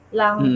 lang